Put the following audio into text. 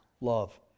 love